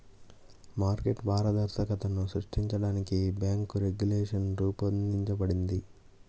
market పారదర్శకతను సృష్టించడానికి bank regulation రూపొందించబడింది